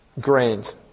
grains